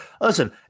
Listen